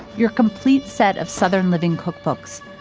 your complete set of southern living cookbooks,